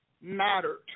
mattered